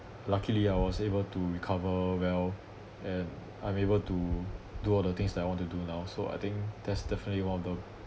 luckily I was able to recover well and I'm able to do all the things that I want to do now so I think that's definitely one of the